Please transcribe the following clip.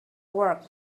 work